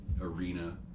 Arena